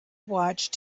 watched